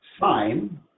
sign